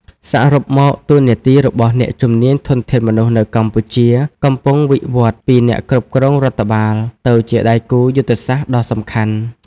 សរុបមក តួនាទីរបស់អ្នកជំនាញធនធានមនុស្សនៅកម្ពុជាកំពុងវិវឌ្ឍពីអ្នកគ្រប់គ្រងរដ្ឋបាលទៅជាដៃគូយុទ្ធសាស្ត្រដ៏សំខាន់។